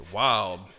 wild